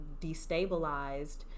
destabilized